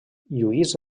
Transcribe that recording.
lluís